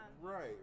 right